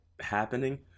happening